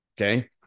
Okay